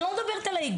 אני לא מדברת על האיגוד,